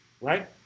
Right